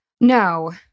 No